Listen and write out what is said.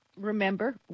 remember